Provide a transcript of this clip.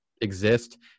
exist